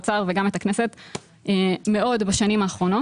מאוד את משרד האוצר וגם את הכנסת בשנים האחרונות.